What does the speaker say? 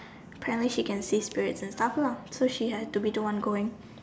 apparently she get see spirits and stuff lah push she has to be the one going